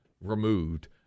removed